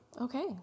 Okay